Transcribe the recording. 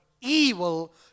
evil